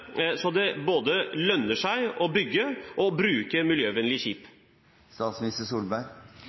så det lønner seg både å bygge og bruke miljøvennlige skip?